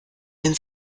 den